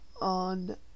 on